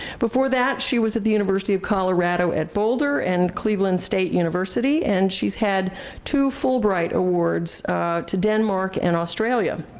before that she was at the university of colorado at boulder and cleveland state university and she's had two fulbright awards to denmark and australia.